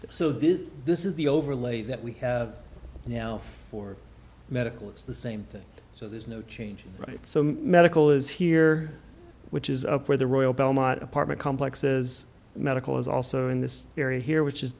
so this this is the overlay that we have now for medical it's the same thing so there's no change right so medical is here which is up where the royal belmont apartment complex is medical is also in this area here which is